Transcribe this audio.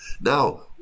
Now